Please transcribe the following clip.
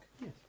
Yes